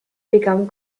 become